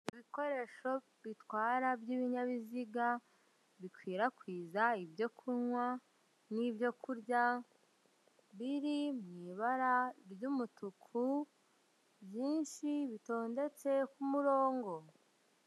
Ibikoresho bitwara by'ibinyabiziga bikwirakwiza ibyo kunywa n'ibyokurya biri mu ibara ry'umutuku byinshi bitondetse kumurongo.